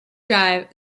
drive